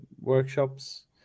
workshops